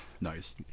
Nice